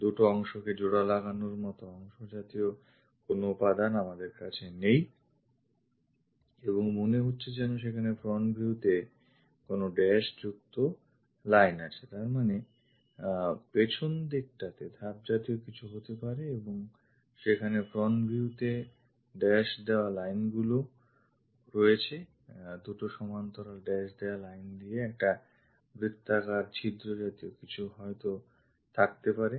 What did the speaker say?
দু'টো অংশকে জোড়া লাগানোর মত অংশ জাতীয় কোন উপাদান আমাদের কাছে নেই এবং মনে হচ্ছে যেন সেখানে front view তে কোন dashযুক্ত line আছে তার মানে পেছনদিকটাতে ধাপজাতীয় কিছু হতে পারে এবং সেখানে front viewতে dashদেওয়া lineগুলি আছে দু'টি সমান্তরাল dash দেওয়া line দিয়ে একটা বৃত্তাকার ছিদ্র জাতীয় কিছু হয়ত থাকতে পারে